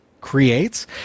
creates